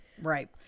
Right